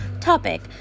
topic